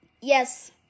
Yes